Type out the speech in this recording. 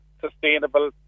sustainable